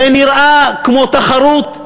זה נראה כמו תחרות: